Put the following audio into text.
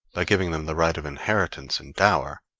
by giving them the right of inheritance and dower,